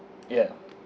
ya